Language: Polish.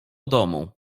domu